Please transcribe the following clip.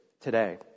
today